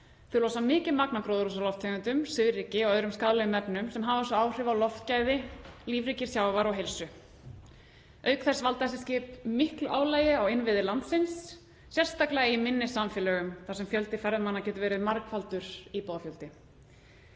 Þau losa mikið magn af gróðurhúsalofttegundum, svifryki og öðrum skaðlegum efnum sem hafa svo áhrif á loftgæði, lífríki sjávar og heilsu. Auk þess valda þessi skip miklu álagi á innviði landsins, sérstaklega í minni samfélögum þar sem fjöldi ferðamanna getur verið margfaldur íbúafjöldi.